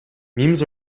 memes